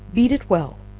beat it well